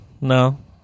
no